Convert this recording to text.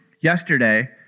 yesterday